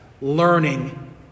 Learning